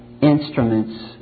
instruments